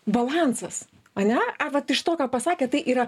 balansas ane ar vat iš to ką pasakė tai yra